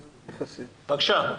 בבקשה.